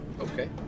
Okay